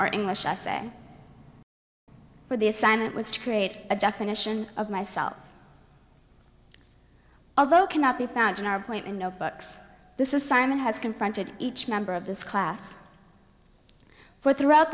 or english essay where the assignment was to create a definition of myself although cannot be found in our point in notebooks this is simon has confronted each member of this class for throughout